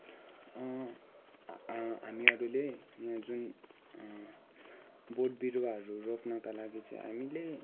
हामीहरूले यहाँ जुन बोटबिरुवाहरू रोप्नका लागि चाहिँ हामीले